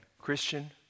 Christian